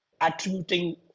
attributing